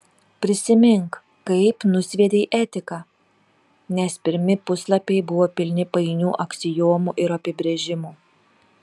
prisimink kaip nusviedei etiką nes pirmi puslapiai buvo pilni painių aksiomų ir apibrėžimų